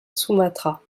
sumatra